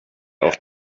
auch